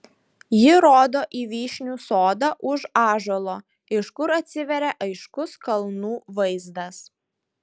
ji rodo į vyšnių sodą už ąžuolo iš kur atsiveria aiškus kalnų vaizdas